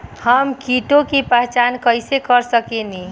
हम कीटों की पहचान कईसे कर सकेनी?